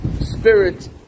spirit